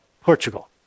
Portugal